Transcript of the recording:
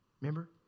Remember